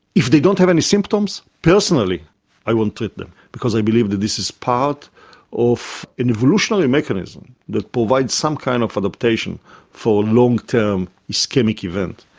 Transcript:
if they don't have any symptoms, personally i won't treat them because i believe that this is part of an evolutionary mechanism that provides some kind of adaptation for long-term ischemic event.